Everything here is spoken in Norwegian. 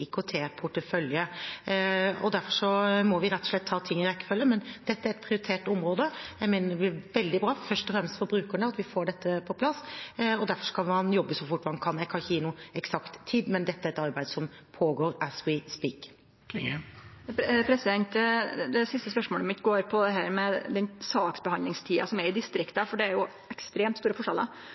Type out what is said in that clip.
Derfor må vi rett og slett ta ting i rekkefølge. Men dette er et prioritert område, og jeg mener det blir veldig bra, først og fremst for brukerne, at vi får dette på plass. Derfor skal man jobbe så fort man kan. Jeg kan ikke gi noen eksakt tid, men dette er et arbeid som pågår «as we speak». Det siste spørsmålet går på dette med saksbehandlingstida i distrikta, for det er ekstremt store